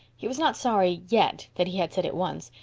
he was not sorry yet that he had said it once,